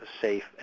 safe